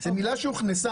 זאת מילה שהוכנסה.